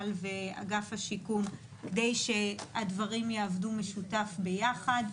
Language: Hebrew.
צה"ל ואגף השיקום כדי שהדברים יעברו משותף ביחד.